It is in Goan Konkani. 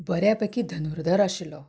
बऱ्या पैकी धर्नुदर आशिल्लो